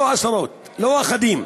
לא עשרות, לא אחדים.